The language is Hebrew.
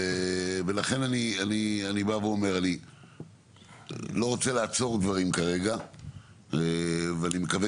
לכן אני אומר שאני לא רוצה לעצור דברים כרגע ואני גם מקווה